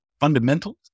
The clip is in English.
fundamentals